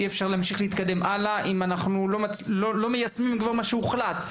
אי אפשר להמשיך להתקדם הלאה אם אנחנו לא מיישמים מה שכבר הוחלט.